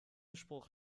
spruch